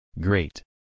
Great